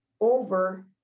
over